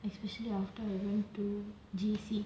especially after I went to J_C